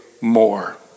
more